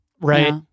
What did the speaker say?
right